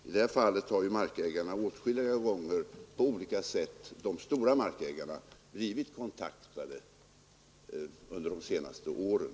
I det här fallet har ju de stora markägarna åtskilliga gånger på olika sätt blivit kontaktade under de senaste åren.